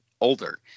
older